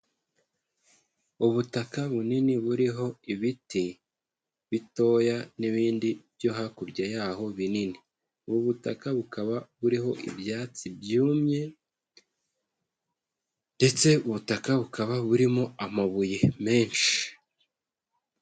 Ubutaka bunini buriho ibiti bitoya n'ibindi byo hakurya yaho binini, ubu butaka bukaba buriho ibyatsi byumye ndetse ubutaka bukaba burimo amabuye menshi.